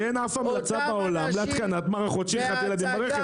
כי אין אף המלצה בעולם להתקנת מערכות נגד שכחת ילדים באוטו.